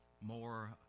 More